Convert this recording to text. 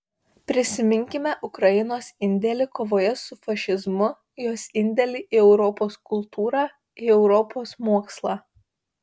prisiminkime ukrainos indėlį kovoje su fašizmu jos indėlį į europos kultūrą į europos mokslą